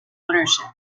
ownership